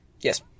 yes